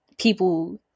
people